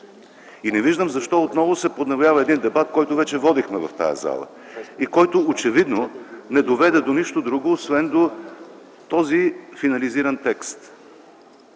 Не виждам защо отново се подновява един дебат, който вече водихме в тази зала и който очевидно не доведе до нищо друго, освен до този финализиран текст.